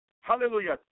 Hallelujah